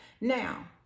now